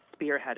spearheaded